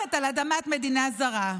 דורכת על אדמת מדינה זרה.